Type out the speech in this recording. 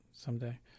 Someday